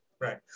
Right